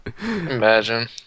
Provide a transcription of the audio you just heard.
Imagine